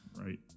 Right